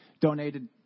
donated